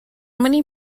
many